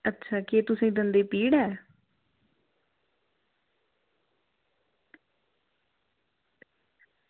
अच्छा केह् तुसेंगी दंदै ई पीड़ ऐ